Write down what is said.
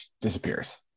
disappears